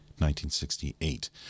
1968